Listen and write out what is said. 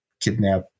kidnap